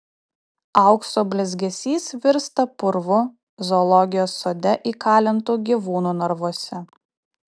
aukso blizgesys virsta purvu zoologijos sode įkalintų gyvūnų narvuose